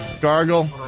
gargle